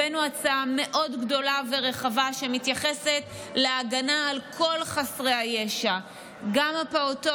להצבעה הצעת חוק שעוסקת במצלמות במעונות היום.